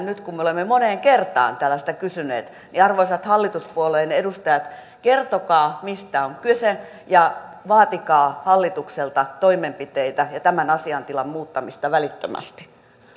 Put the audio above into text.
nyt kun me olemme moneen kertaan täällä sitä kysyneet niin arvoisat hallituspuolueiden edustajat kertokaa mistä on kyse ja vaatikaa hallitukselta toimenpiteitä ja tämän asiantilan muuttamista välittömästi